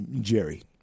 Jerry